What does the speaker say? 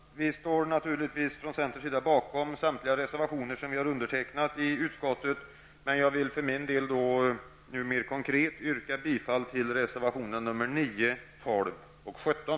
Vi i centern står naturligtvis bakom samtliga av våra reservationer i utskottet, men jag yrkar bifall till reservationerna 9, 12 och 17.